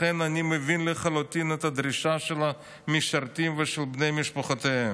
לכן אני מבין לחלוטין את הדרישה של המשרתים ושל בני משפחותיהם";